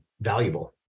valuable